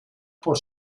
por